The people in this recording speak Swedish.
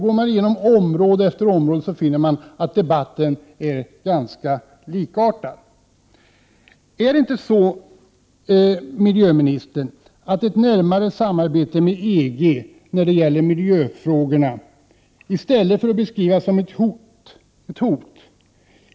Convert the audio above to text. Går man igenom område efter område, finner man en ganska likartad debatt. Ett närmare samarbete med EG i miljöfrågorna skall väl ändå inte, miljöministern, beskrivas som ett hot.